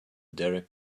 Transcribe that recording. derek